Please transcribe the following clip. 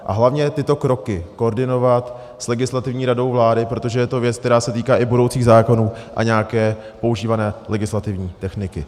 A hlavně tyto kroky koordinovat s Legislativní radou vlády, protože je to věc, která se týká i budoucích zákonů a nějaké používané legislativní techniky.